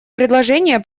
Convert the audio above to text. предложение